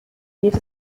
geht